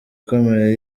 ikomeye